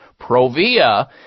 Provia